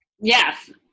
Yes